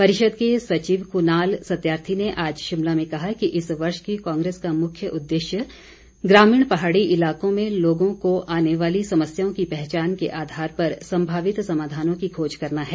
परिषद के सचिव कुनाल सत्यार्थी ने आज शिमला में कहा कि इस वर्ष की कांग्रेस का मुख्य उददेश्य ग्रामीण पहाड़ी इलाकों में लोगों को आने वाली समस्याओं की पहचान के आधार पर संभावित समाधानों की खोज करना है